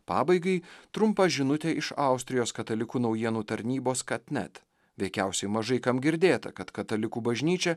pabaigai trumpa žinutė iš austrijos katalikų naujienų tarnybos kathnet veikiausiai mažai kam girdėta kad katalikų bažnyčia